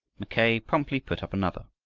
mackay promptly put up another.